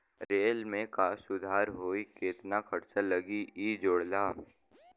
rail में का सुधार होई केतना खर्चा लगी इ जोड़ला